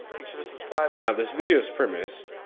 make sure to subscribe. now, this video's premise,